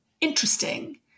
interesting